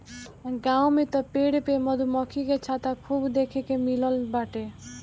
गांव में तअ पेड़ पे मधुमक्खी के छत्ता खूबे देखे के मिलत बाटे